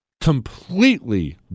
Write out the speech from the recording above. completely